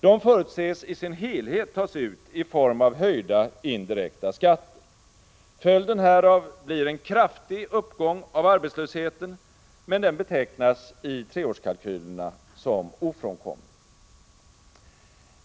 De förutses i sin helhet tas ut i form av höjda indirekta skatter. Följden härav blir en kraftig uppgång av arbetslösheten, men den betecknas i treårskalkylerna som ofrånkomlig.